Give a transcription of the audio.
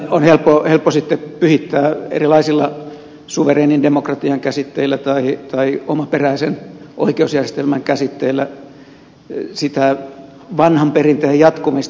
on helppo pyhittää erilaisilla suvereenin demokratian käsitteillä tai omaperäisen oikeusjärjestelmän käsitteillä sitä vanhan perinteen jatkumista